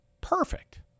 Perfect